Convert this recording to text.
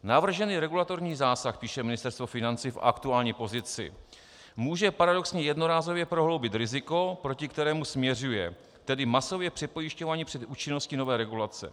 Navržený regulatorní zásah, píše Ministerstvo financí v aktuální pozici, může paradoxně jednorázově prohloubit riziko, proti kterému směřuje, tedy masově přepojišťování před účinností nové regulace.